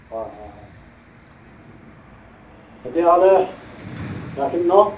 অঁ হয় হয় তেতিয়াহ'লে ৰাখিম ন